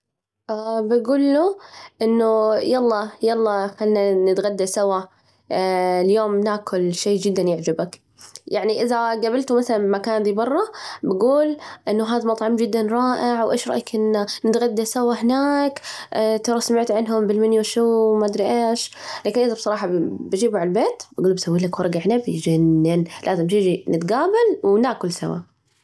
بجول له إنه يلا يلا، خلنا نتغدى سوا اليوم ناكل شي جداً يعجبك، يعني إذا جابلته مثلاً بالمكان ذي برا، بجول إنه هذا مطعم جداً رائع، وإيش رأيك نتغدى سوا هناك، ترى سمعت عندهم بالمنيو شو، ما أدري إيش، لكن بصراحة، بجيبه عالبيت، بجول له بسوي لك ورج عنب يجنن لازم تيجي نتجابل وناكل سوا.